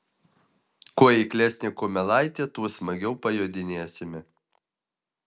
kuo eiklesnė kumelaitė tuo smagiau pajodinėsime